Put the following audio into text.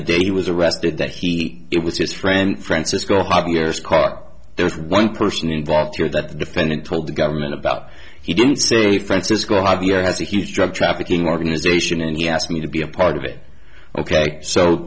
the day he was arrested that he it was his friend francisco javier's car there's one person involved here that the defendant told the government about he didn't say francisco javier has a huge drug trafficking organization and he asked me to be a part of it ok so